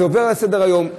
עוברים לסדר-היום.